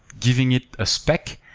giving it a spec,